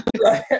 Right